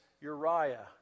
Uriah